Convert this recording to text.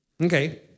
Okay